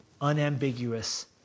unambiguous